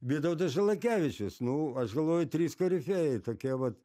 vytautas žalakevičius nu aš galvoju trys korifėjai tokie vat